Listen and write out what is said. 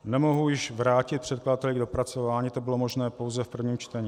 Nemohu již vrátit předkladateli k dopracování, to bylo možné pouze v prvním čtení.